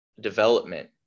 development